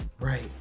Right